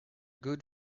good